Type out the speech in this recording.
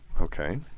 Okay